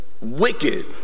wicked